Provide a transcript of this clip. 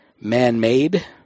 man-made